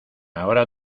ahora